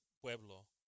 pueblo